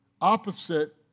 opposite